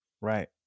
Right